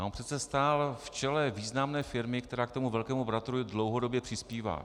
On přece stál v čele významné firmy, která k velkému bratrovi dlouhodobě přispívá.